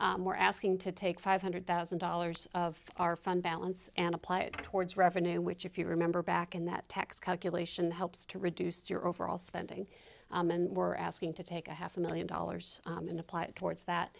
more asking to take five hundred thousand dollars of our fund balance and apply it towards revenue which if you remember back in that tax calculation helps to reduce your overall spending and we're asking to take a half a million dollars and apply it towards that